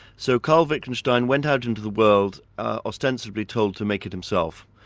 so karl wittgenstein went out into the world, ostensibly told to make it himself.